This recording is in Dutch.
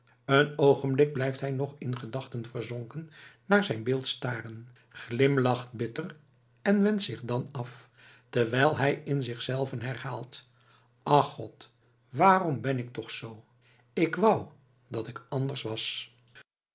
een oogenblik blijft hij nog in gedachten verzonken naar zijn beeld staren glimlacht bitter en wendt zich dan af terwijl hij in zichzelven herhaalt ach god waarom ben ik toch zoo k wou dat ik anders was